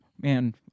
man